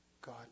God